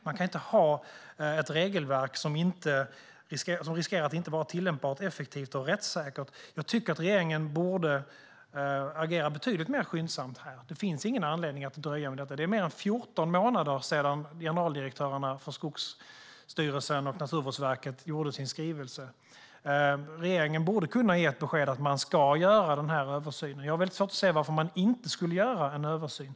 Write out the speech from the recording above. Vi kan inte ha ett regelverk som riskerar att inte vara tillämpbart, effektivt och rättssäkert. Jag tycker att regeringen borde agera betydligt mer skyndsamt. Det finns ingen anledning att dröja med detta. Det är mer än 14 månader sedan generaldirektörerna för Skogsstyrelsen och Naturvårdsverket lämnade sin skrivelse. Regeringen borde kunna ge ett besked att man ska göra denna översyn. Jag har väldigt svårt att se varför man inte skulle göra en översyn.